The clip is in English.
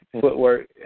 footwork